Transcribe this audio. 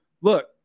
Look